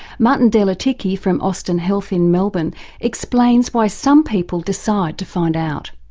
martin delatycki from austin health in melbourne explains why some people decide to find out.